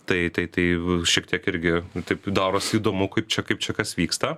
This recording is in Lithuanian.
tai tai tai šiek tiek irgi taip ir darosi įdomu kaip čia kaip čia kas vyksta